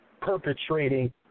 perpetrating